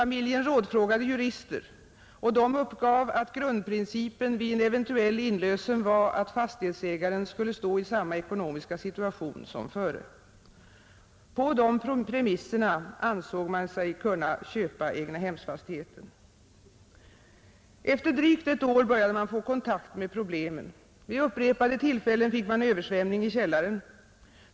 Rådfrågade jurister uppgav att grundprincipen vid en eventuell inlösen var att fastighetsägaren skulle stå i samma ekonomiska situation som före. På dessa premisser ansåg man sig kunna köpa egnahemsfastigheten. Efter drygt ett år började man få kontakt med problemen. Vid upprepade tillfällen fick man översvämning i källaren.